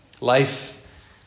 Life